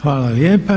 Hvala lijepa.